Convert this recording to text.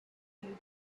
you